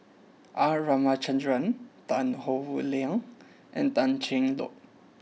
R Ramachandran Tan Howe Liang and Tan Cheng Lock